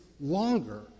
longer